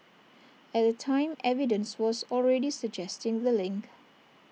at the time evidence was already suggesting the link